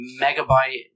megabyte